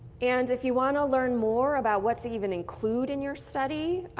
and if you want to learn more about what to even include in your study,